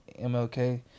MLK